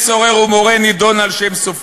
סליחה?